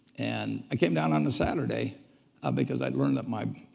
and i came down on a saturday ah because i'd learned that my